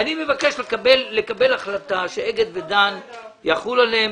לקבל החלטה שאגד ודן, יחול עליהם